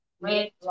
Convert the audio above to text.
red